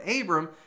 Abram